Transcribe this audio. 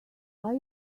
are